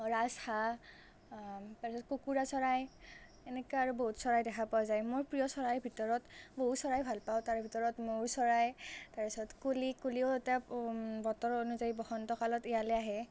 ৰাজহাঁহ তাৰপাছত কুকুৰা চৰাই এনেকৈ আৰু বহুত চৰাই দেখা পোৱা যায় মোৰ প্ৰিয় চৰাই ভিতৰত বহুত চৰাই ভাল পাওঁ তাৰ ভিতৰত ময়ুৰ চৰাই তাৰপিছত কুলি কুলিও এটা বতৰ অনুযায়ী বসন্ত কালত ইয়ালৈ আহে